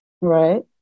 Right